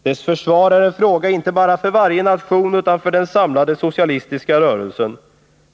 Dess försvar är en fråga inte bara för varje nation utan för den samlade socialistiska rörelsen.